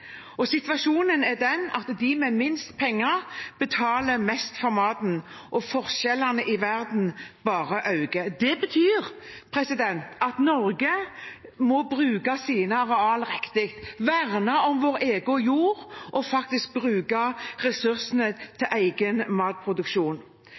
Situasjonen er den at de med minst penger betaler mest for maten, og forskjellene i verden bare øker. Det betyr at Norge må bruke sine areal riktig, verne om egen jord og faktisk bruke ressursene